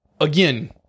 again